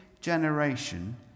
generation